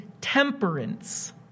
temperance